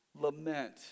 lament